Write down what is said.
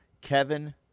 Kevin